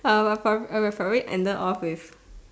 I would I would have probably ended off with